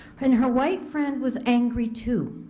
and her white friend was angry too.